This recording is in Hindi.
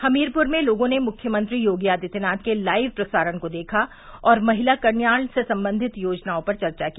हमीरपुर में लोगों ने मुख्यमंत्री योगी आदित्यनाथ के लाइव प्रसारण को देखा और महिला कल्याण से संबंधित योजनाओं पर चर्चा की